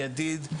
ידיד,